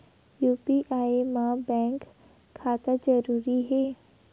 UPI मा bank खाता जरूरी हे?